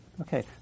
Okay